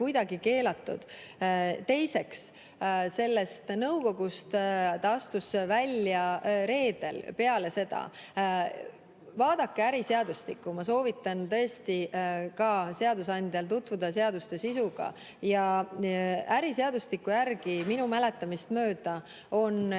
Teiseks, sellest nõukogust ta astus välja reedel peale seda [ilmsikstulekut]. Vaadake äriseadustikku. Ma soovitan tõesti ka seadusandjal tutvuda seaduste sisuga. Äriseadustikus minu mäletamist mööda on kirjas,